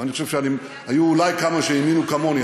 ואני חושב שהיו אולי כמה שהאמינו כמוני,